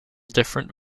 different